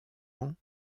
ans